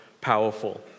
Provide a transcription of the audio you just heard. powerful